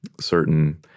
certain